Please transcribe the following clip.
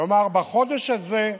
כלומר בחודש הזה,